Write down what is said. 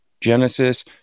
genesis